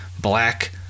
black